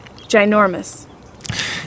Ginormous